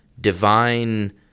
divine